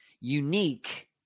unique